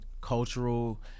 cultural